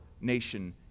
nation